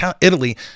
italy